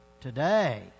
Today